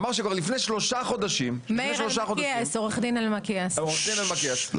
עורך דין מאיר אלמקיאס,